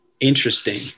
interesting